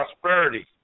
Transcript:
prosperity